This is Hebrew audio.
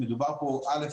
מדובר פה א',